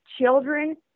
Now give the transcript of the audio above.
children